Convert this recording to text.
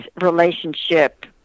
relationship